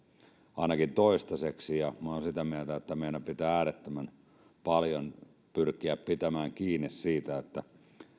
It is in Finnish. ainakin toistaiseksi niin minä olen sitä mieltä että meidän pitää äärettömän paljon pyrkiä pitämään kiinni siitä että